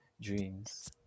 dreams